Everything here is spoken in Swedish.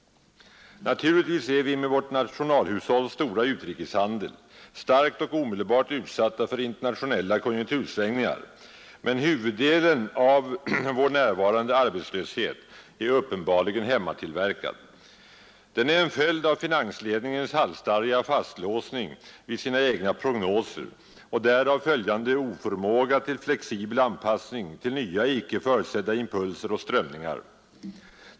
Naturligtvis är vi med vårt nationalhushålls stora utrikeshandel starkt och omedelbart utsatta för internationella konjunktursvängningar, men huvuddelen av vår nuvarande arbetslöshet är uppenbarligen hemmatillverkad. Den är en följd av finansledningens halsstarriga fastlåsning vid sina egna prognoser och därav följande oförmåga till flexibel anpassning till nya icke förutsedda impulser och strömningar.